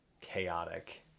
chaotic